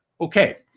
Okay